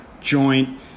joint